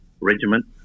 Regiment